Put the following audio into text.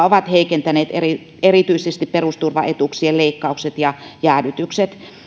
ovat heikentäneet erityisesti erityisesti perusturvaetuuksien leikkaukset ja jäädytykset